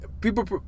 people